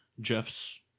jeff's